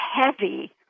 heavy